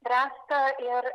bręsta ir